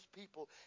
people